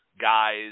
guys